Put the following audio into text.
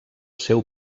seu